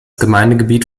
gemeindegebiet